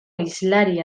hizlari